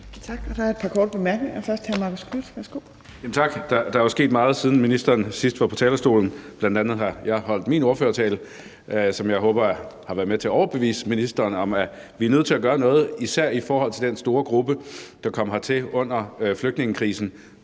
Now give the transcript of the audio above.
Tak. Der er jo sket meget, siden ministeren sidst var på talerstolen. Jeg har bl.a. holdt min ordførertale, som jeg håber har været med til at overbevise ministeren om, at vi er nødt til at gøre noget, især i forhold til den store gruppe, der kom her til landet under flygtningekrisen.